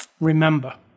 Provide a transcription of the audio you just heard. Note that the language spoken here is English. remember